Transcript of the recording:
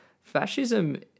fascism